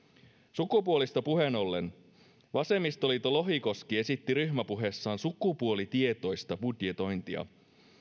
sukupuolista puheenollen vasemmistoliiton lohikoski esitti ryhmäpuheessaan sukupuolitietoista budjetointia